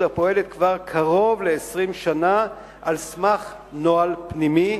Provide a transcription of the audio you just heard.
הפועלת כבר קרוב ל-20 שנה על סמך נוהל פנימי,